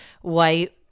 white